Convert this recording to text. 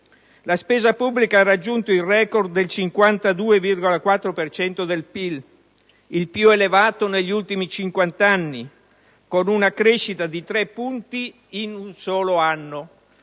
La spesa pubblica ha raggiunto il *record* del 52,4 per cento del PIL, il più elevato negli ultimi cinquant'anni, con una crescita di tre punti in un solo anno.